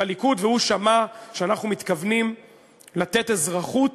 הליכוד, והוא שמע שאנחנו מתכוונים לתת אזרחות